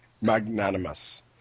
Magnanimous